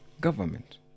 government